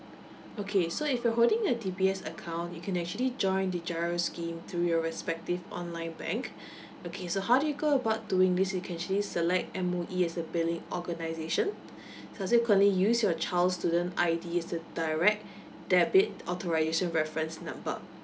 okay so if you're holding a D_B_S account you can actually join the GIRO scheme through your respective online bank okay so how do you go about doing this you can actually select M_O_E as a billing organisation subsequently use your child's student I_D as the the direct debit authorisation reference number